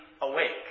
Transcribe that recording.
awake